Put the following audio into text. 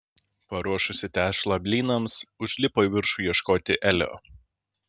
paruošusi tešlą blynams užlipo į viršų ieškoti elio